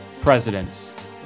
presidents